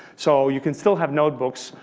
so you can still have notebooks.